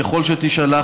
ככל שתישלח,